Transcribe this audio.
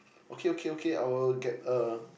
okay okay okay I will get uh